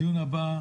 הדיון הבא,